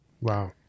Wow